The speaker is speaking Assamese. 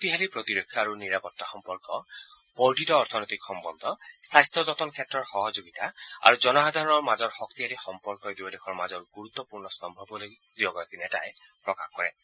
শক্তিশালী প্ৰতিৰক্ষা আৰু নিৰাপত্তা সম্পৰ্ক বৰ্ধিত অৰ্থনৈতিক সম্বন্ধ স্বাস্থ্য যতন ক্ষেত্ৰৰ সহযোগিতা আৰু জনসাধাণৰ মাজৰ শক্তিশালী সম্পৰ্কই দুয়ো দেশৰ মাজত গুৰুত্পূৰ্ণ স্তম্ভ বুলি দুয়োগৰাকী নেতাই প্ৰকাশ কৰে